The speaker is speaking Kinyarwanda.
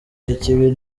ikibi